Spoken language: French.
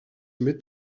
met